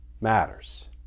matters